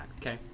okay